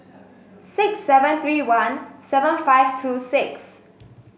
six seven three one seven five two six